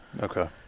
Okay